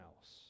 else